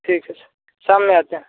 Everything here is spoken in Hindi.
ठीक है सर शाम में आते हैं